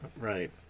Right